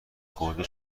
خورده